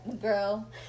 girl